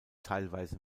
teilweise